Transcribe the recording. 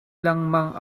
lengmang